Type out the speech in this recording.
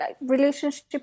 relationship